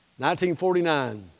1949